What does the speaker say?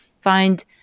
find